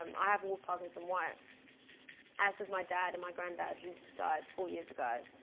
um i have wolff-parkinson-white as does my dad and my grandad who died four years ago.